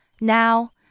Now